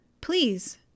Please